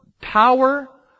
power